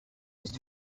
used